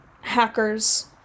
hackers